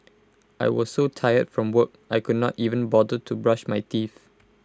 I was so tired from work I could not even bother to brush my teeth